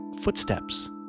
footsteps